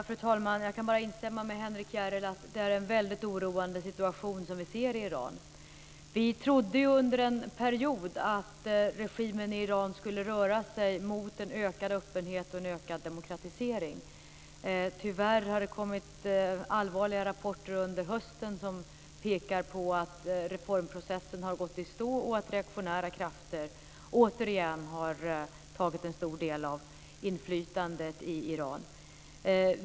Fru talman! Jag kan bara instämma med Henrik Järrel: Det är en väldigt oroande situation som vi ser i Iran. Vi trodde under en period att regimen i Iran skulle röra sig mot en ökad öppenhet och en ökad demokratisering. Tyvärr har det under hösten kommit allvarliga rapporter som pekar på att reformprocessen har gått i stå och att reaktionära krafter återigen har tagit en stor del av inflytandet i Iran.